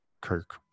Kirk